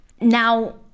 Now